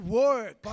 work